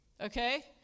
Okay